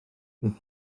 bydd